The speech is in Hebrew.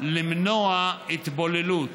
למנוע התבוללות.